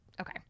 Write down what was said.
Okay